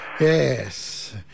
Yes